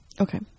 Okay